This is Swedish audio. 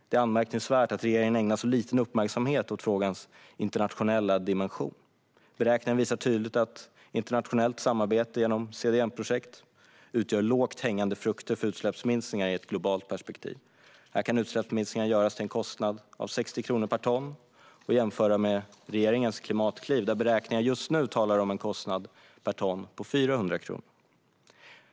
Det är anmärkningsvärt att regeringen ägnar så liten uppmärksamhet åt frågans internationella dimension. Beräkningarna visar tydligt att internationellt samarbete genom CDM-projekt utgör lågt hängande frukter för utsläppsminskningar i ett globalt perspektiv. Här kan utsläppsminskningar göras till en kostnad av 60 kronor per ton - att jämföra med regeringens klimatkliv, där beräkningar just nu talar om en kostnad på 400 kronor per ton.